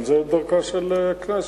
אבל זאת דרכה של הכנסת.